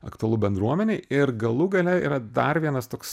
aktualu bendruomenei ir galų gale yra dar vienas toks